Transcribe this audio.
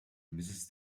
mrs